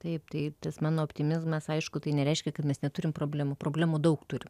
taip tai tas mano optimizmas aišku tai nereiškia kad mes neturim problemų problemų daug turim